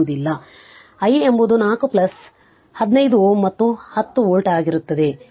ಆದ್ದರಿಂದ i ಎಂಬುದು 4 plus 1 5 ohm ಮತ್ತು 10 ವೋಲ್ಟ್ ಆಗಿರುತ್ತದೆ